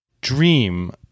dream